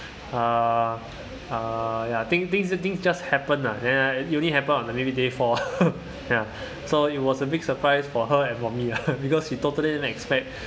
uh uh ya thing things things just happen lah then uh it only happen maybe on the day four ya so it was a big surprise for her and for me ya because she totally didn't expect